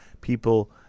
people